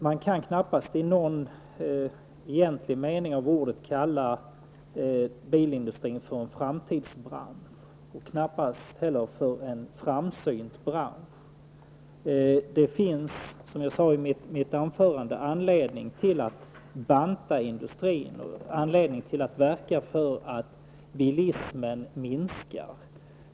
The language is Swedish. Man kan knappast kalla bilindustrin för en framtidsbransch eller en framsynt bransch. Som jag sade i mitt anförande finns det anledning att banta industrin och att verka för att bilismen minskar.